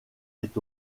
est